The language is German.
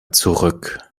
zurück